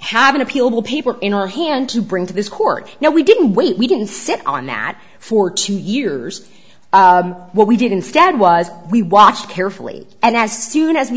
have an appealable paper in our hand to bring to this court now we didn't wait we didn't sit on that for two years what we did instead was we watched carefully and as soon as we